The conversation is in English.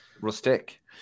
Rustic